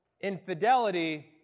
infidelity